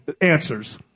answers